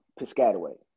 Piscataway